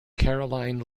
caroline